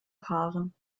paaren